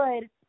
good